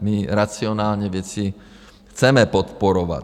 My racionální věci chceme podporovat.